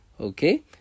okay